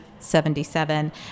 77